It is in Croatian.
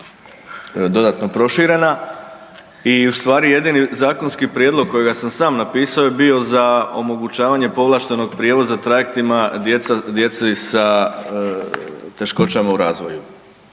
dodatno proširena i u stvari jedini zakonski prijedlog kojega sam sam napisao je bio za omogućavanje povlaštenog prijevoza trajektima djeci sa teškoćama u razvoju.